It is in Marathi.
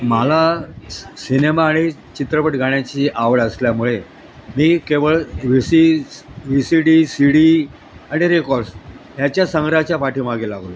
मला सिनेमा आणि चित्रपट गाण्याची आवड असल्यामुळे मी केवळ V Cs V C D C D आणि रेकॉर्ड्स ह्याच्या संग्रहाच्या पाठीमागे लागलो